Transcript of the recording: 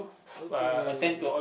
okay